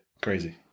crazy